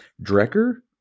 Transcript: Drecker